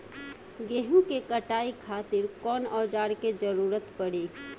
गेहूं के कटाई खातिर कौन औजार के जरूरत परी?